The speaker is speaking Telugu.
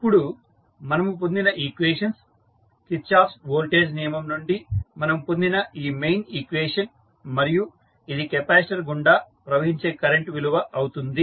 ఇప్పుడు మనము పొందిన ఈక్వేషన్స్ కిర్చాఫ్స్ వోల్టేజ్ నియమం నుండి మనం పొందిన ఈ మెయిన్ ఈక్వేషన్ మరియు ఇది కెపాసిటర్ గుండా ప్రవహించే కరెంటు విలువ అవుతుంది